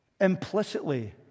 implicitly